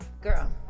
Girl